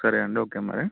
సరే అండి ఓకే మరి